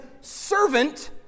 servant